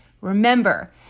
remember